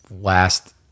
last